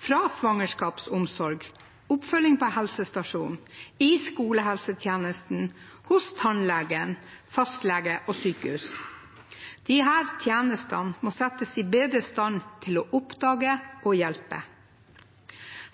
fra svangerskapsomsorg, oppfølging på helsestasjonen, i skolehelsetjenesten, hos tannlegen, hos fastlegen og på sykehus. Disse tjenestene må settes i bedre stand til å oppdage og hjelpe.